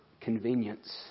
convenience